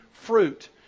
fruit